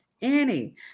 Annie